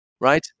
right